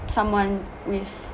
someone with